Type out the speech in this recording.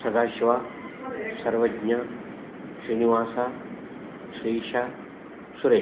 सदाशिवः सर्वज्ञः श्रीनिवसः श्रीषा सुरेशः